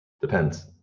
Depends